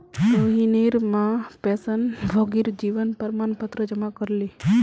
रोहिणीर मां पेंशनभोगीर जीवन प्रमाण पत्र जमा करले